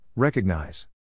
Recognize